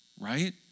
Right